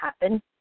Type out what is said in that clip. happen